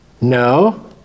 No